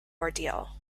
ordeal